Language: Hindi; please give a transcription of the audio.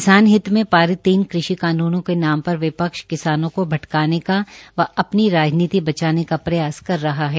किसान हित में पारित तीन कृषि कानूनों के नाम पर विपक्ष किसानों को भटकाने का व अपनी राजनीतिक बचाने का प्रयास कर रहा है